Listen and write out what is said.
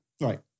Right